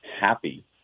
happy